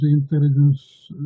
intelligence